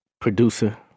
Producer